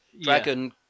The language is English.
dragon